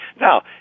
now